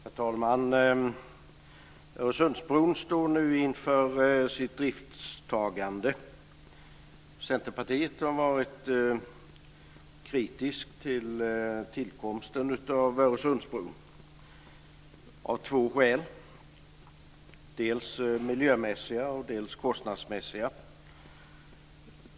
Herr talman! Öresundsbron står nu inför sitt driftstagande. Centerpartiet har varit kritiskt till tillkomsten av Öresundsbron av två skäl, dels miljömässiga, dels kostnadsmässiga.